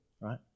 right